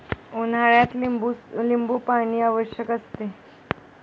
उन्हाळ्यात लिंबूपाणी आवश्यक असते